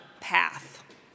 path